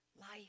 life